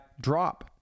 drop